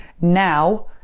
now